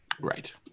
Right